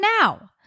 now